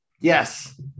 Yes